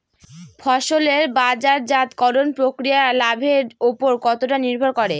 ফসলের বাজারজাত করণ প্রক্রিয়া লাভের উপর কতটা নির্ভর করে?